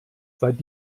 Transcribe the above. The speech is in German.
seit